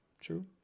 True